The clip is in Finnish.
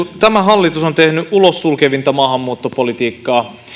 tämä hallitus on tehnyt ulossulkevinta maahanmuuttopolitiikkaa